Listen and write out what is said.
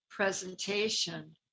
presentation